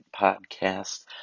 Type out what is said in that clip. Podcast